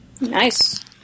Nice